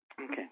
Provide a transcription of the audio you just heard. Okay